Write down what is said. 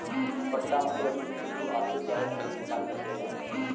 पट्टा मतबल लीज पे तू आटो चाहे गाड़ी निकाल सकेला